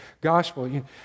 gospel